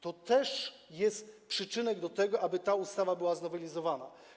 To też jest przyczynek do tego, aby ta ustawa była znowelizowana.